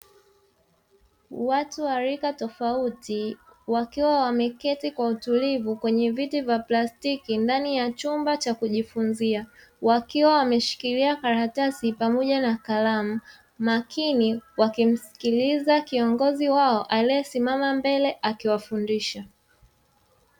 Watu wa rika tofauti wakiwa wameketi kwa utulivu kwenye viti vya plastiki ndani ya chumba cha kujifunza, wakiwa wameshikilia karatasi pamoja na kalamu, makini wakimsikiliza kiongozi wao aliyesimama mbele akiwafundisha.